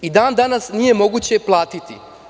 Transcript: Dan danas nije moguće platiti.